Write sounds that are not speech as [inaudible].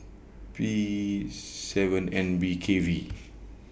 P seven N B K V [noise]